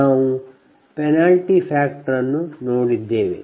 ನಾವು penalty factor ಅನ್ನು ನೋಡಿದ್ದೇವೆ